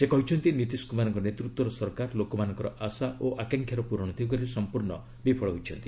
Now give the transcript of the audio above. ସେ କହିଛନ୍ତି ନୀତିଶ କୁମାରଙ୍କ ନେତୃତ୍ୱ ସରକାର ଲୋକମାନଙ୍କର ଆଶା ଓ ଆକାଂକ୍ଷାର ପୂରଣ ଦିଗରେ ସମ୍ପର୍ଣ୍ଣ ବିଫଳ ହୋଇଛନ୍ତି